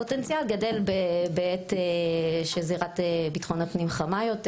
הפוטנציאל גדל בעת שזירת ביטחון הפנים חמה יותר,